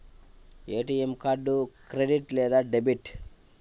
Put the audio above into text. ATM card credit లేదా debit?